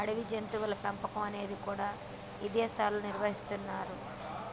అడవి జంతువుల పెంపకం అనేది కూడా ఇదేశాల్లో నిర్వహిస్తున్నరు